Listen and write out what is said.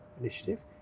initiative